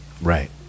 right